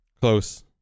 Close